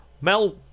Mel